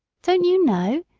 don't you know?